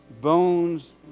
bones